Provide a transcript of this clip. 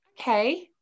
Okay